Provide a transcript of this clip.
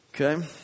okay